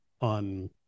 on